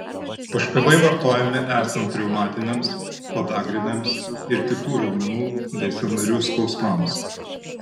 užpilai vartojami esant reumatiniams podagriniams ir kitų raumenų bei sąnarių skausmams